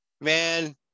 man